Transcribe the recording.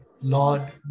Lord